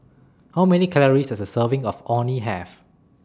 How Many Calories Does A Serving of Orh Nee Have